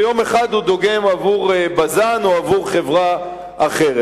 ויום אחד הוא דוגם עבור "בזן" או עבור חברה אחרת.